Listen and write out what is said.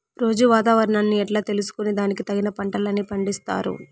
రోజూ వాతావరణాన్ని ఎట్లా తెలుసుకొని దానికి తగిన పంటలని పండిస్తారు?